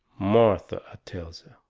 martha, i tells her,